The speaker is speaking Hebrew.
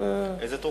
איזה תרופות?